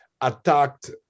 attacked